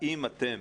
האם אתם